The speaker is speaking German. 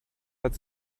hat